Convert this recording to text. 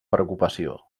preocupació